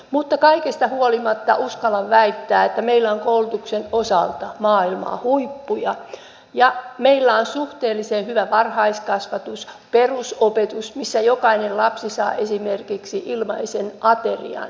mutta kaikesta huolimatta uskallan väittää että meillä on koulutuksen osalta maailman huippuja ja meillä on suhteellisen hyvä varhaiskasvatus perusopetus missä jokainen lapsi saa esimerkiksi ilmaisen aterian